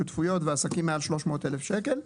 שותפויות ועסקים מעל 300,000 שקל,